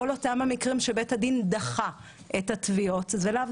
בכל המקרים שבית הדין דחה את התביעות זה לאו